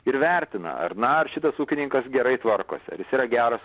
ir vertina ar na ar šitas ūkininkas gerai tvarkosi ar jis yra geras